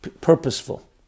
purposeful